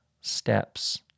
steps